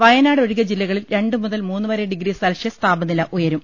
വയനാട് ഒഴികെ ജില്ലകളിൽ രണ്ട് മുതൽ മൂന്നുവരെ ഡിഗ്രി സെൽഷ്യസ് താപനില ഉയരും